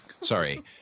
Sorry